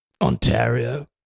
Ontario